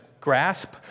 grasp